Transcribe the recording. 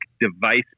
device